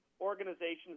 organizations